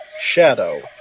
shadow